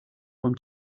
from